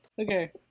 Okay